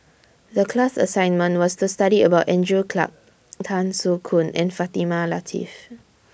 The class assignment was to study about Andrew Clarke Tan Soo Khoon and Fatimah Lateef